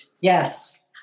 Yes